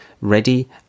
ready